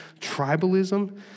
tribalism